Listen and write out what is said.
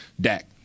Dak